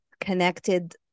connected